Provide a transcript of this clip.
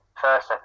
first